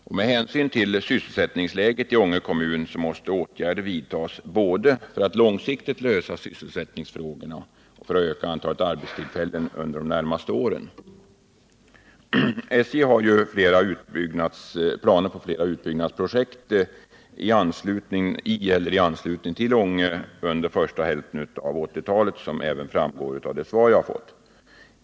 Med hänsyn till det nuvarande svåra sysselsättningsläget i Ånge kommun måste åtgärder vidtas både för att långsiktigt lösa sysselsättningsproblemen och för att öka antalet arbetstillfällen under de närmaste åren. SJ har ju planer på flera utbyggnadsprojekt i eller i anslutning till Ånge under första hälften av 1980-talet, såsom även framgår av kommunikationsministerns svar.